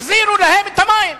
החזירו להם את המים.